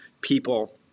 people